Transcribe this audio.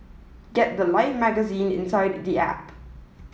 get The Life magazine inside the app